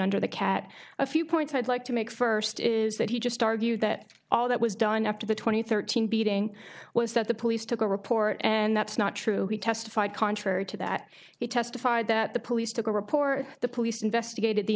under the cat a few points i'd like to make first is that he just argued that all that was done after the two thousand and thirteen beating was that the police took a report and that's not true he testified contrary to that he testified that the police took a report the police investigated the